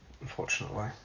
Unfortunately